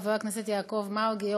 חבר הכנסת יעקב מרגי,